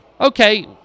Okay